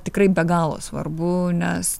tikrai be galo svarbu nes